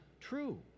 true